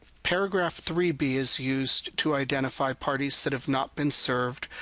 paragraph three b is used to identify parties that have not been served,